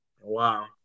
Wow